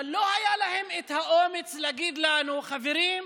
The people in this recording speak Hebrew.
אבל לא היה להם את האומץ להגיד לנו: חברים,